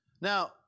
Now